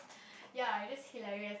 ya it just hilarious